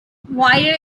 wider